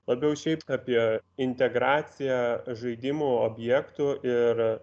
labiau šiaip apie integraciją žaidimų objektų ir